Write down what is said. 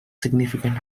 significant